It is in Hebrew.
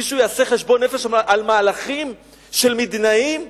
מישהו יעשה חשבון נפש על מהלכים של מדינאים,